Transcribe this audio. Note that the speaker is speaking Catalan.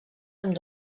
amb